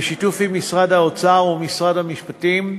בשיתוף עם משרד האוצר ומשרד המשפטים,